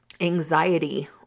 anxiety